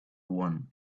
one